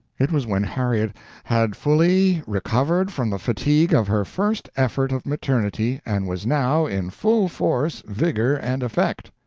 it was when harriet had fully recovered from the fatigue of her first effort of maternity. and was now in full force, vigor, and effect.